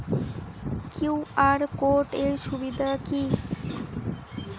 QR code এর সুবিধা কি?